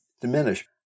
diminish